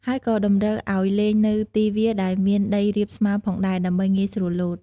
ហើយក៏តម្រូវអោយលេងនៅទីវាលដែលមានដីរាបស្មើផងដែរ ដើម្បីងាយស្រួលលោត។